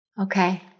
Okay